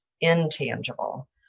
intangible